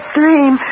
dream